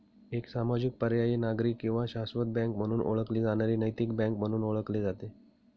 एक सामाजिक पर्यायी नागरिक किंवा शाश्वत बँक म्हणून ओळखली जाणारी नैतिक बँक म्हणून ओळखले जाते